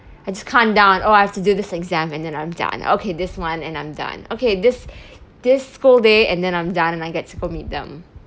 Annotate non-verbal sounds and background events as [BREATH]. I just countdown oh I have to do this exam and then I'm done okay this one and I'm done okay this [BREATH] this school day and then I'm done and I get to go meet them